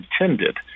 intended